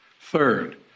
Third